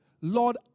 Lord